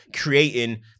creating